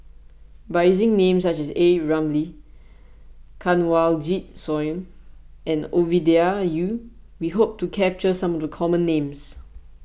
by using names such as A Ramli Kanwaljit Soin and Ovidia Yu we hope to capture some of the common names